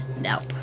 Nope